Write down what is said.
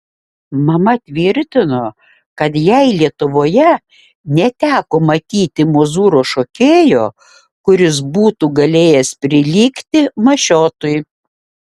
mama tvirtino kad jai lietuvoje neteko matyti mozūro šokėjo kuris būtų galėjęs prilygti mašiotui